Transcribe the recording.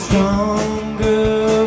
stronger